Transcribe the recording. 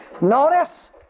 Notice